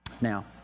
Now